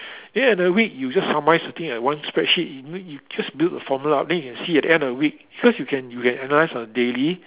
then at the week you just summarise the thing like one spreadsheet in you you just build a formula up then you can see at the end of the week cause you can you can analyse on daily